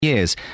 years